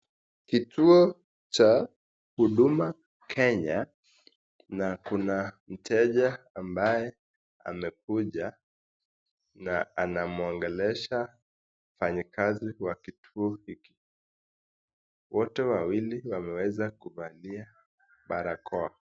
Kituo cha huduma kenya na kuna mteja ambaye amekuja na anamuongelesha mfanyakazi wa kituo hiki. Wote wawili wameweza kuvalia barakoa.